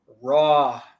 raw